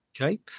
Okay